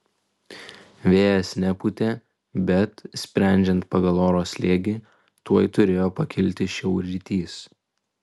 vėjas nepūtė bet sprendžiant pagal oro slėgį tuoj turėjo pakilti šiaurrytys